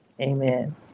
Amen